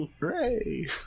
Hooray